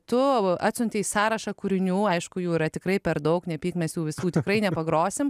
tu atsiuntei sąrašą kūrinių aišku jų yra tikrai per daug nepyk mes jų visų tikrai nepagrosim